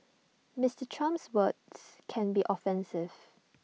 Mister Trump's words can be offensive